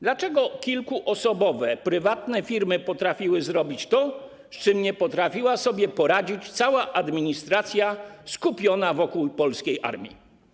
Dlaczego kilkuosobowe prywatne firmy potrafiły zrobić to, z czym nie potrafiła sobie poradzić cała administracja skupiona wokół polskiej armii?